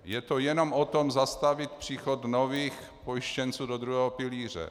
Je to jenom o tom, zastavit příchod nových pojištěnců do druhého pilíře.